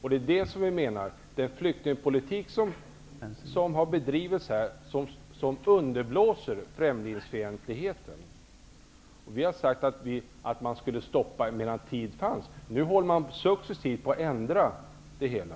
Den flyktingpolitik som har bedrivits underblåser främlingsfientligheten. Vi har sagt att man skall stoppa medan tid finns. Nu håller man på att successivt ändra det hela.